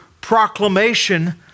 proclamation